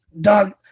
Dog